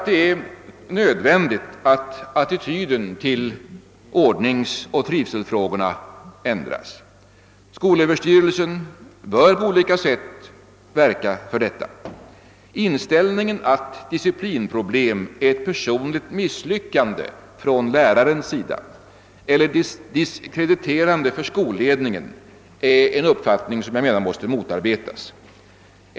Det är nödvändigt att attityden till ordningsoch trivselfrågorna ändras. Skolöverstyrelsen bör på olika sätt verka härför. Inställningen att disciplinproblem är ett personligt misslyckande för läraren eller misskrediterande för skolledningen är en uppfattning som måste motarbetas.